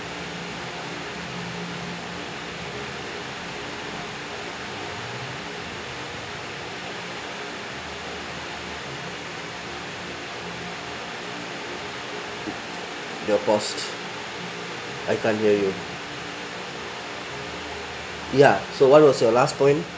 you're paused I can't hear you ya so what was your last point